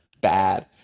bad